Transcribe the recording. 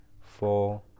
four